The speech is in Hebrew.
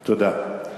תודה.